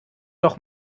doch